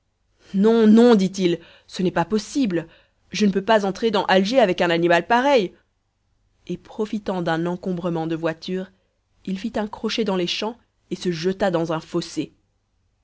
non non dit-il ce n'est pas possible je ne peux pas entrer dans alger avec un animal pareil et profitant d'un encombrement de voitures il fit un crochet dans les champs et se jeta dans un fossé